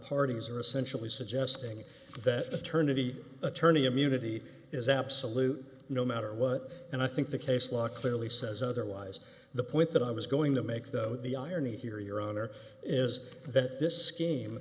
partings are essentially suggesting that paternity attorney immunity is absolute no matter what and i think the case law clearly says otherwise the point that i was going to make though the irony here your honor is that this scheme